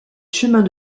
chemins